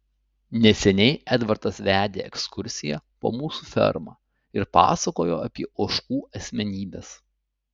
neseniai edvardas vedė ekskursiją po mūsų fermą ir pasakojo apie ožkų asmenybes